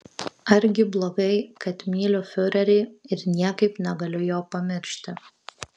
argi blogai kad myliu fiurerį ir niekaip negaliu jo pamiršti